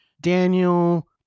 Daniel